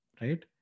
right